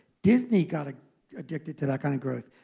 disney got ah addicted to that kind of growth.